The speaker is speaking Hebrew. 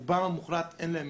לרוב המוחלט אין סמסים.